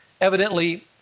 evidently